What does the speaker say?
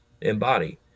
embody